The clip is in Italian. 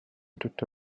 tutto